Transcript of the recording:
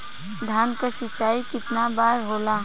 धान क सिंचाई कितना बार होला?